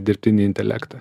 dirbtinį intelektą